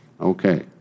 Okay